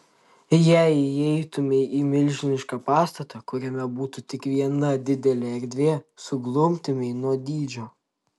jei įeitumei į milžinišką pastatą kuriame būtų tik viena didelė erdvė suglumtumei nuo dydžio